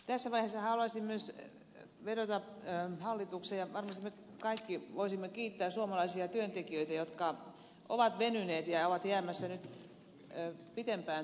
tässä vaiheessa haluaisin myös vedota hallitukseen ja varmasti me kaikki voisimme kiittää suomalaisia työntekijöitä jotka ovat venyneet ja ovat jäämässä nyt pitempään työelämään